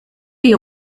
die